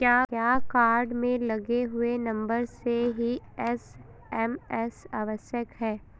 क्या कार्ड में लगे हुए नंबर से ही एस.एम.एस आवश्यक है?